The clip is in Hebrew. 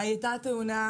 זה היה מטורף.